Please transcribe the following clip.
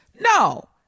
No